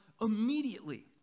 immediately